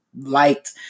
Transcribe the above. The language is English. liked